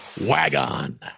Wagon